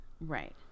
Right